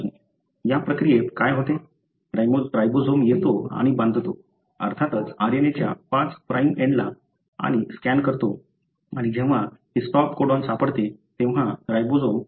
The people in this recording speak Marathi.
या प्रक्रियेत काय होते राइबोझोम येतो आणि बांधतो अर्थातच RNA च्या 5 प्राइम एंडला आणि स्कॅन करतो आणि जेव्हा हे स्टॉप कोडॉन सापडते तेव्हा राइबोझोम खाली पडतो